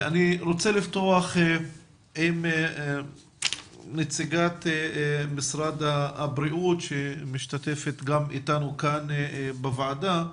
אני רוצה לפתוח עם נציגת משרד הבריאות שמשתתפת איתנו כאן בוועדה,